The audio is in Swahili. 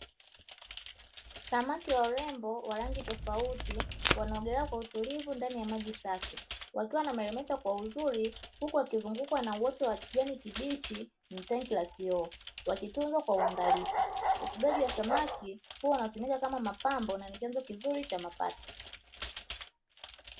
Samaki wa urembo wa rangi tofauti wanaogelea kwa utulivu ndani ya maji safi, wakiwa wanameremeta kwa uzuri huku wakizungukwa na uoto wa kijani kibichi kwenye tenki la kioo wakitunzwa kwa uangalifu. Ufugaji wa samaki huwa unatumika kama mapambo na ni chanzo kizuri cha mapato.